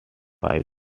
five